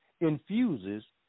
Infuses